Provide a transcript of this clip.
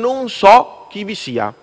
non so chi vi sia.